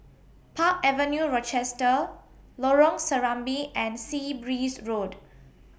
Park Avenue Rochester Lorong Serambi and Sea Breeze Road